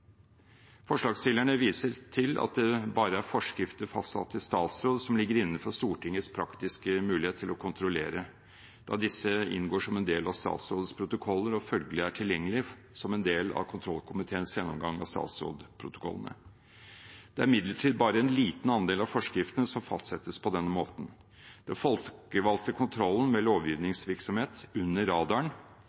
Forslagsstillerne viser til at det bare er forskrifter fastsatt i statsråd som ligger innenfor Stortingets praktiske muligheter til å kontrollere, da disse inngår som en del av statsrådets protokoller og følgelig er tilgjengelig som en del av kontrollkomiteens gjennomgang av statsrådsprotokollene. Det er imidlertid bare en liten andel av forskriftene som fastsettes på denne måten. Den folkevalgte kontrollen med lovgivningsvirksomhet «under radaren»